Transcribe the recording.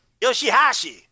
Yoshihashi